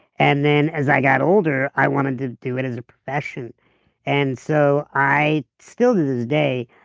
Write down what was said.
and then as i got older, i wanted to do it as a profession and so i still to this day,